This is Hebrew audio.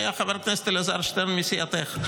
היה חבר הכנסת אלעזר שטרן מסיעתך,